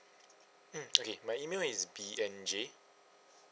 mm okay my email is B N J